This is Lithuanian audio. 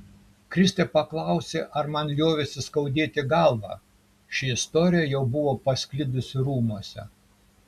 kristė paklausė ar man liovėsi skaudėti galvą ši istorija jau buvo pasklidusi rūmuose